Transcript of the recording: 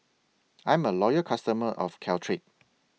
I'm A Loyal customer of Caltrate